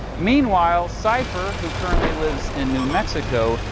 meanwhile, cypher, who currently lives in new mexico,